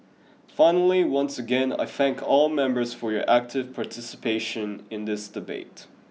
finally once again I thank all members for your active participation in this debate